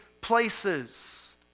places